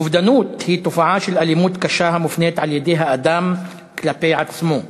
אובדנות היא תופעה של אלימות קשה המופנית על-ידי האדם כלפי עצמו.